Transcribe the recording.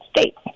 States